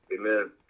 Amen